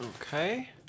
Okay